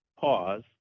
pause